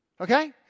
Okay